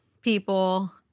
people